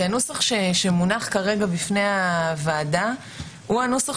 כי הנוסח שמונח כרגע בפני הוועדה הוא הנוסח